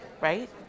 right